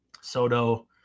Soto